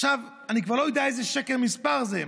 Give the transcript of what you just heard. עכשיו, אני כבר לא יודע שקר מספר מה זה.